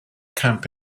camp